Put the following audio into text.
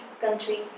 country